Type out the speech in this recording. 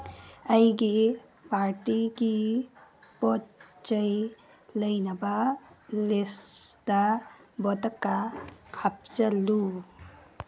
ꯑꯩꯒꯤ ꯄꯥꯔꯇꯤꯒꯤ ꯄꯣꯠꯆꯩ ꯂꯩꯅꯕ ꯂꯤꯁꯇ ꯕꯣꯠꯀꯥ ꯍꯥꯞꯆꯜꯂꯨ